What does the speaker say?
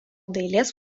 dailės